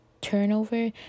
turnover